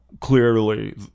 clearly